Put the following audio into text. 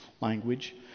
language